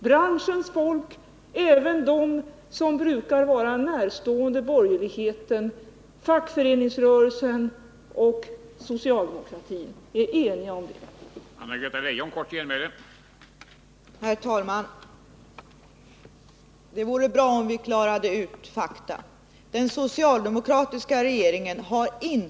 Branschens folk, även de som brukar stå nära borgerligheten, fackföreningsrörelsen och socialdemokratin är alla eniga om denna sak.